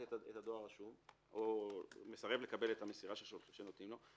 דואר רשום או מסרב לקבל את המסירה שניתנה לו,